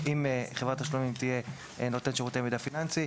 אם חברת תשלומים תהיה נותן שירותי מידע פיננסי,